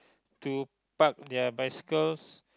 to park their bicycles